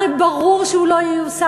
הרי ברור שהוא לא ייושם.